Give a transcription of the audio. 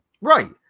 Right